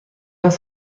است